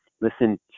listen